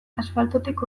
asfaltotik